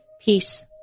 Peace